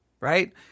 right